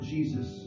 Jesus